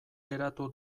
geratu